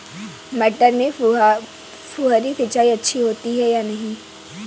मटर में फुहरी सिंचाई अच्छी होती है या नहीं?